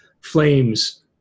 flames